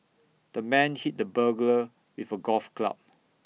the man hit the burglar with A golf club